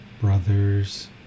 brothers